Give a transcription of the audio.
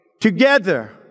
Together